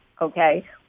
okay